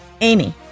Amy